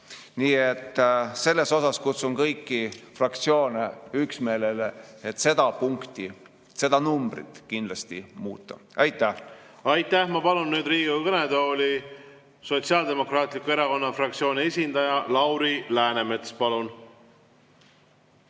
Nii et selles kutsun kõiki fraktsioone üksmeelele, et seda punkti, seda numbrit kindlasti muuta. Aitäh! Aitäh! Ma palun Riigikogu kõnetooli Sotsiaaldemokraatliku Erakonna fraktsiooni esindaja Lauri Läänemetsa.